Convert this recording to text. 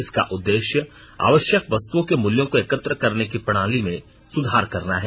इसका उददेष्य आवश्यक वस्तुओं के मूल्यों को एकत्र करने की प्रणाली में सुधार करना है